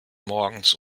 morgens